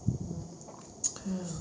mm mm